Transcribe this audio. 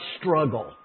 struggle